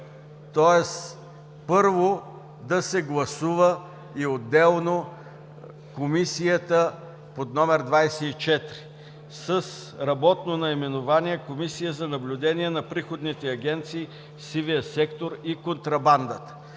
Тоест първо да се гласува, и отделно комисията под № 24 с работно наименование „Комисия за наблюдение на приходните агенции в сивия сектор и контрабандата“.